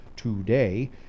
today